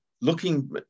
looking